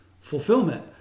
fulfillment